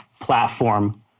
platform